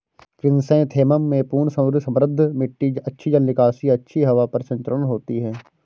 chrysanthemum में पूर्ण सूर्य समृद्ध मिट्टी अच्छी जल निकासी और अच्छी हवा परिसंचरण होती है